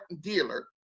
dealer